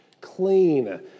clean